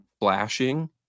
flashing